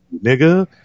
nigga